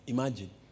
Imagine